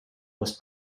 was